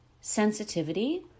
sensitivity